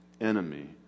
enemy